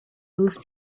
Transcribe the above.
moved